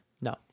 No